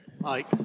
Mike